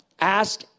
Ask